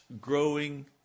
growing